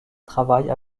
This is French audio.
travaille